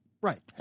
Right